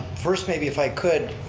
first maybe if i could,